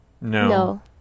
No